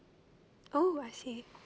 oh I see